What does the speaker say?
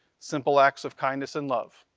simple acts of kindness and love.